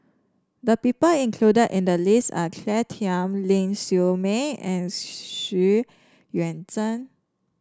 the people included in the list are Claire Tham Ling Siew May and Xu Yuan Zhen